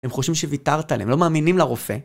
הם חושבים שוויתרת עליהם, הם לא מאמינים לרופא.